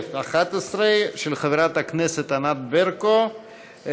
של חברת הכנסת ענת ברקו,